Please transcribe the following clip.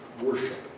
worship